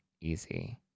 easy